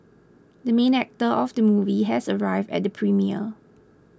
the main actor of the movie has arrived at the premiere